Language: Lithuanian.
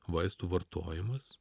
vaistų vartojimas